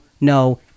no